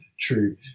true